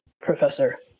professor